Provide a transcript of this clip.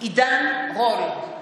עידן רול,